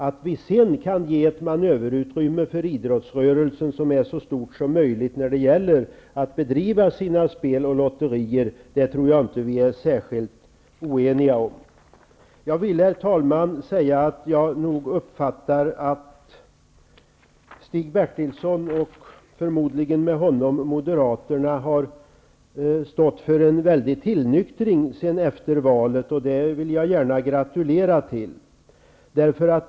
Att vi sedan kan ge så stort manöverutrymme som möjligt för idrottsrörelsen när det gäller att bedriva egna spel och lotterier -- det tror jag inte vi är särskilt oeniga om. Jag uppfattar det så, att Stig Bertilsson, och förmodligen med honom Moderaterna, har stått för en väldig tillnyktring efter valet, och det vill jag gärna gratulera till.